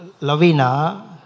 Lavina